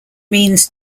means